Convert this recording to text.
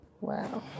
Wow